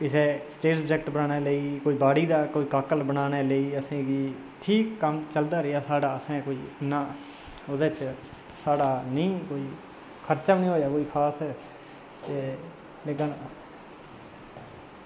ते state subject जां गाड़ी दा कोई काकल बनानै लेई असेंगी ठीक कम्म चलदा रेहा साढ़ा असें कोई इन्ना ओह्दे च साढ़ा निं कोई खर्चा निं होया खास ते